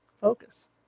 Focus